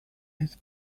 his